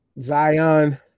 Zion